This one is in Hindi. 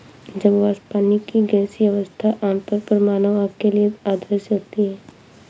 जल वाष्प, पानी की गैसीय अवस्था, आमतौर पर मानव आँख के लिए अदृश्य होती है